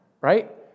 right